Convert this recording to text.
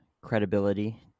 credibility